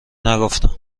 نگفتم